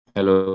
Hello